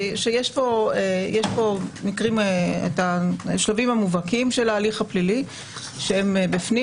שיש פה את השלבים המובהקים של ההליך הפלילי שהם בפנים.